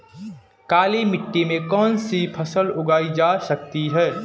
काली मिट्टी में कौनसी फसल उगाई जा सकती है?